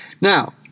Now